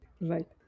Right